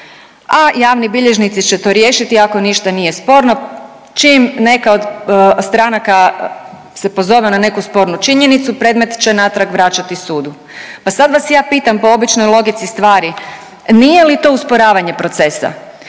a javni bilježnici će to riješiti ako ništa nije sporno, čim neka od stranaka se pozove na neku spornu činjenicu, predmet će natrag vraćati sudu pa sad vas ja pitam po običnoj logici stvari, nije li to usporavanje procesa?